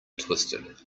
twisted